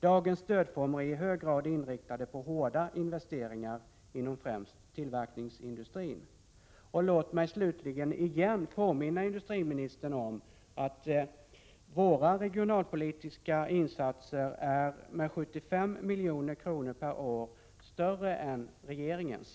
Dagens stödformer är i hög grad inriktade på hårda investeringar inom främst tillverkningsindustrin. Låt mig slutligen åter påminna industriministern om att våra regionalpolitiska insatser med 75 milj.kr. per år överstiger regeringens.